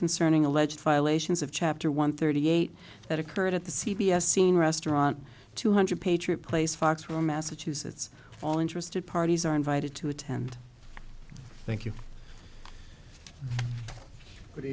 concerning alleged violations of chapter one thirty eight that occurred at the c b s scene restaurant two hundred patriot place facts from massachusetts all interested parties are invited to attend thank you